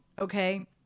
okay